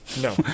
No